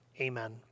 amen